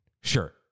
sure